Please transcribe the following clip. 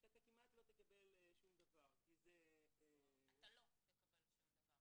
שאתה כמעט לא תקבל שום דבר כי זה -- אתה לא תקבל שום דבר.